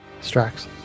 Strax